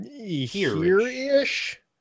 here-ish